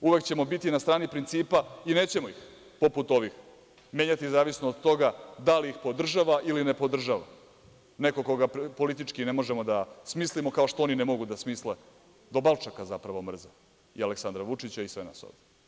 Uvek ćemo biti na strani principa i nećemo ih poput ovih menjati zavisno od toga da li podržava ili ne podržava nekog koga politički ne možemo da smislimo, kao što oni ne mogu da smisle, do balčaka zapravo mrze i Aleksandra Vučića i sve nas ovde.